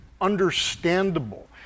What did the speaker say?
understandable